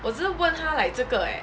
我只是问他 like 这个 eh